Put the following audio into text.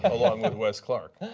along with wes clark.